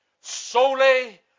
Solely